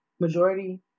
majority